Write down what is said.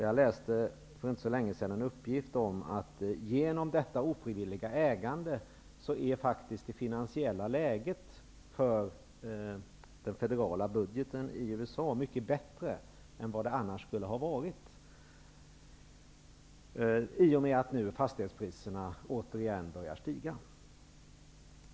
Jag läste för inte så länge sedan en uppgift om att det finansiella läget för den federala budgeten i USA genom detta ofrivilliga ägande faktiskt är bra mycket bättre än det annars skulle ha varit, i och med att fastighetspriserna återigen börjar stiga.